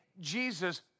Jesus